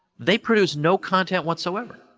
they produce no contact, whatsoever.